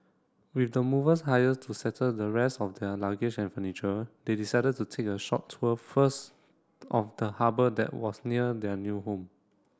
with the movers hired to settle the rest of their luggage and furniture they decided to take a short tour first of the harbour that was near their new home